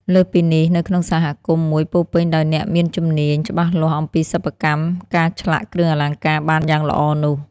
លើសពីនេះនៅក្នុងសហគមន៍មួយពោរពេញដោយអ្នកមានជំនាញ់ច្បាស់លាស់អំពីសប្បិកម្មការឆ្លាក់គ្រឿងអលង្ការបានយ៉ាងល្អនោះ។